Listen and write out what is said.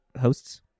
hosts